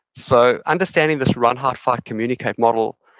so, understanding this run, hide, fight, communicate model,